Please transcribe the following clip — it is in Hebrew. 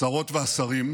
השרות והשרים,